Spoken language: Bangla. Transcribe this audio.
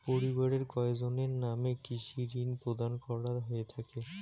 পরিবারের কয়জনের নামে কৃষি ঋণ প্রদান করা হয়ে থাকে?